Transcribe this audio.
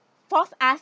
force us